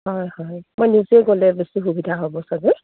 হয় হয় মই নিজে গ'লে বেছি সুবিধা হ'ব চাগে